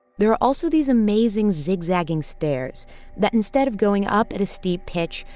there are also these amazing zigzagging stairs that instead of going up at a steep pitch,